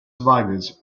survivors